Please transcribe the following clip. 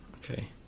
Okay